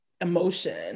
emotion